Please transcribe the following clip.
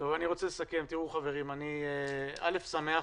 אני שמח